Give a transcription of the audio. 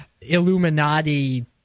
Illuminati